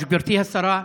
גברתי השרה,